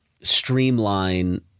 streamline